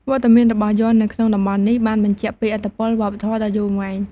វត្តមានរបស់យ័ន្តនៅក្នុងតំបន់នេះ បានបញ្ជាក់ពីឥទ្ធិពលវប្បធម៌ដ៏យូរអង្វែង។